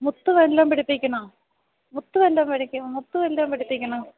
മുത്ത് വല്ലം പിടിപ്പിക്കണോ മുത്ത് വല്ലം പിടിക്ക മുത്ത് വല്ലം പിടിപ്പിക്കണോ